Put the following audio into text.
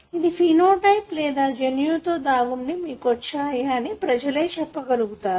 ఇవి ఫెనోటైప్ లేదా జన్యువులో దాగున్నవి మీకు వచ్చాయా అని ప్రజలే చెప్పగలుగుతారు